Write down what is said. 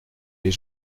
les